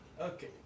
okay